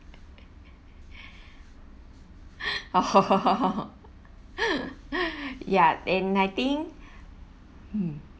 oh ya and I think